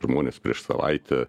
žmonės prieš savaitę